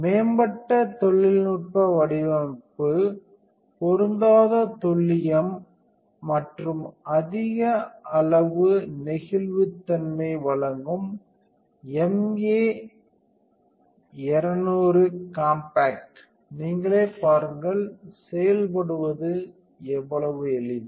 மேம்பட்ட தொழில்நுட்ப வடிவமைப்பு பொருந்தாத துல்லியம் மற்றும் அதிக அளவு நெகிழ்வுத்தன்மையை வழங்கும் MA 200 காம்பாக்ட் நீங்களே பாருங்கள் செயல்படுவது எவ்வளவு எளிது